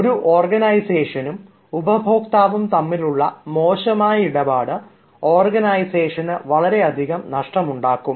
ഒരു ഓർഗനൈസേഷനും ഉപഭോക്താവും തമ്മിലുള്ള മോശമായ ഇടപാട് ഓർഗനൈസേഷന് വളരെയധികം നഷ്ടമുണ്ടാക്കും